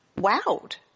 wowed